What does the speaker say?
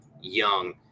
young